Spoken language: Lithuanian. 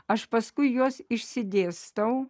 aš paskui juos išsidėstau